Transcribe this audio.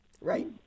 Right